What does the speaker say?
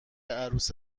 عروس